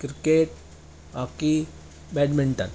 cricket hockey badminton